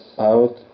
out